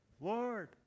Lord